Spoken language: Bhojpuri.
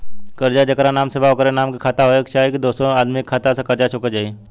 कर्जा जेकरा नाम से बा ओकरे नाम के खाता होए के चाही की दोस्रो आदमी के खाता से कर्जा चुक जाइ?